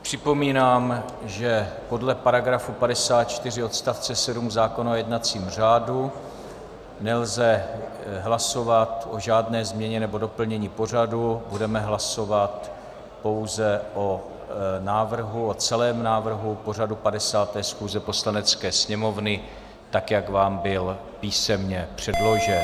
Připomínám, že podle § 54 odst. 7 zákona o jednacím řádu nelze hlasovat o žádné změně nebo doplnění pořadu, budeme hlasovat pouze o celém návrhu pořadu 50. schůze Poslanecké sněmovny, tak jak vám byl písemně předložen.